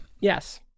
Yes